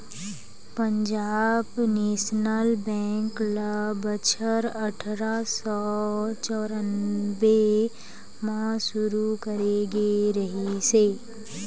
Punjab national bank ल बछर अठरा सौ चौरनबे म सुरू करे गे रिहिस हे